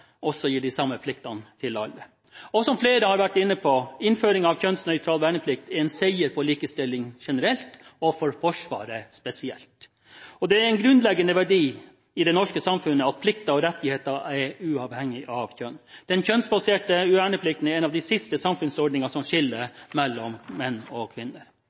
også gir de samme pliktene til alle. Som flere har vært inne på: Innføring av kjønnsnøytral verneplikt er en seier for likestillingen generelt og for Forsvaret spesielt. Det er en grunnleggende verdi i det norske samfunnet at plikter og rettigheter er uavhengig av kjønn. Den kjønnsbaserte verneplikten er en av de siste samfunnsordninger som skiller mellom menn og kvinner.